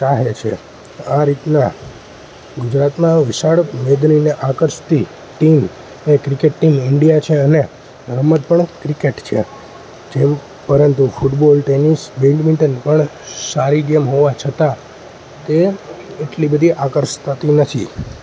ચાહે છે આ રીતના ગુજરાતમાં વિશાળ મેદનીને આકર્ષતી ટીમ એ ક્રિકેટ ટીમ ઈન્ડિયા છે અને રમત પણ ક્રિકેટ છે જેવું પરંતુ ફૂટબોલ ટેનિસ બેડમિન્ટન પણ સારી ગેમ હોવા છતાં તે એટલી બધી આકર્ષાતી નથી